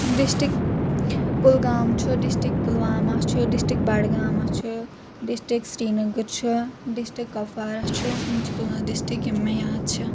district Kulgam چھُ district Pulwama چھُ district Budgam چھُ ڈسٹک سرینگر چھُ ڈسٹک کپوارا چھُ یِم چھِ پانژھ ڈسٹک یِم مےٚ یاد چھِ